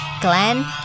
Glenn